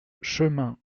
chemin